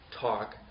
talk